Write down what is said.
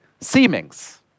seemings